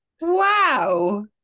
wow